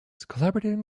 collaborating